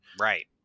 Right